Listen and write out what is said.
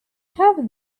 have